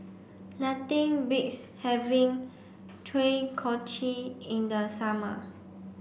nothing beats having Kochi in the summer